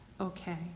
okay